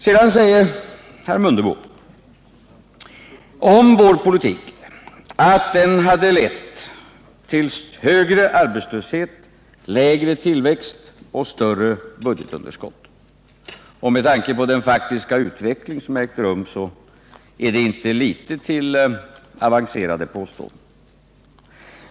Om vår politik säger herr Mundebo att den hade lett till högre arbetslöshet, lägre tillväxt och större budgetunderskott. Med tanke på den faktiska utveckling som har ägt rum är det inte litet till avancerade påståenden.